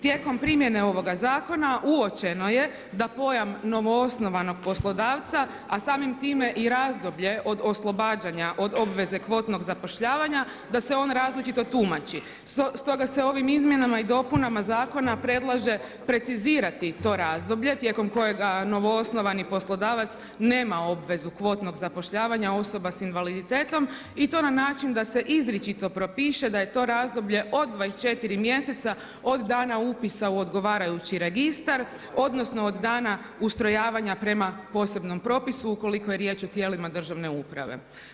Tijekom primjene ovoga zakona uočeno je da pojam novoosnovanog poslodavca, a samim time i razdoblje od oslobađanja od obveze kvotnog zapošljavanja da se on različito tumači, stoga se ovim Izmjenama i dopunama zakona predlaže precizirati to razdoblje tijekom kojega novoosnovani poslodavac nema obvezu kvotnog zapošljavanja osoba s invaliditetom i to na način da se izričito propiše da je to razdoblje od 24 mjeseca od dana upisa u odgovarajući registar, odnosno od dana ustrojavanja prema posebnom propisu, ukoliko je riječ o tijelima državne uprave.